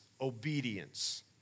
obedience